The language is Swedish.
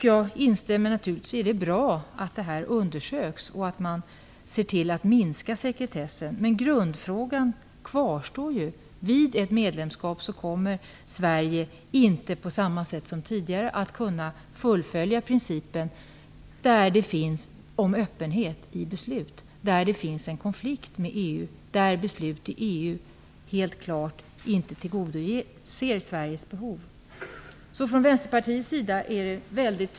Jag instämmer naturligtvis i att det är bra att detta undersöks och att sekretessen minskas. Men grundfrågan kvarstår ju. Vid ett medlemskap kommer inte Sverige på samma sätt som tidigare att kunna fullfölja principen om öppenhet i beslut där det finns en konflikt med EU och där beslut i EU inte tillgodoser Sveriges behov.